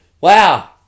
Wow